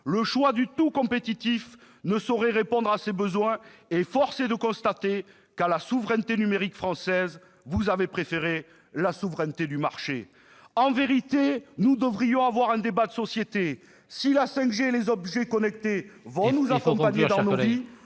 Le choix du « tout compétitif » ne saurait répondre à ces besoins, et force est de constater qu'à la souveraineté numérique française vous avez préféré la souveraineté du marché. En vérité, nous devrions avoir un débat de société. Si la 5G et les objets connectés vont nous accompagner dans nos vies,